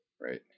Right